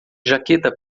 jaqueta